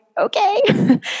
okay